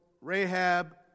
Rahab